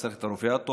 אז צריך את הרופא הטוב,